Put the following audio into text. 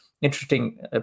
interesting